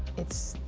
it's